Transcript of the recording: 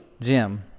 Jim